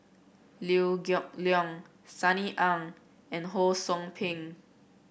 Liew Geok Leong Sunny Ang and Ho Sou Ping